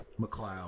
McLeod